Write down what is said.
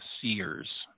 seers